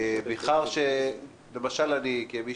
אני כמי